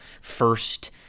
first